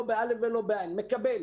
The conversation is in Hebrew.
מקבל.